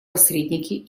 посредники